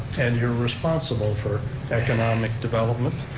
and you're responsible for economic development,